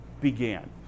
began